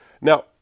Now